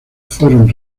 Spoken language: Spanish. fueron